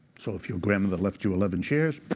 so if your grandmother left you eleven shares,